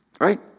Right